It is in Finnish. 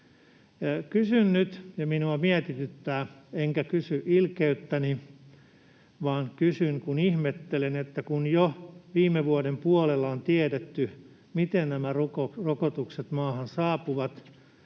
Kysyn nyt — minua mietityttää, enkä kysy ilkeyttäni vaan kysyn, kun ihmettelen — että kun jo viime vuoden puolella on tiedetty, miten nämä rokotukset maahan saapuvat,